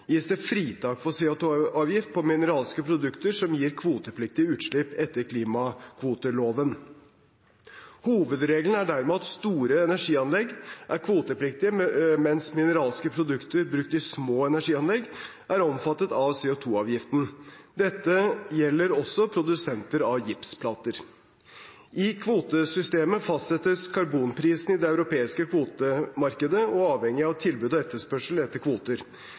gis det fritak for CO 2 -avgift for mineralske produkter som gir kvotepliktige utslipp etter klimakvoteloven. Hovedregelen er dermed at store energianlegg er kvotepliktige, mens mineralske produkter brukt i små energianlegg er omfattet av CO 2 -avgiften. Dette gjelder også produsenter av gipsplater. I kvotesystemet fastsettes karbonprisen i det europeiske kvotemarkedet og avhenger av tilbud og etterspørsel etter kvoter.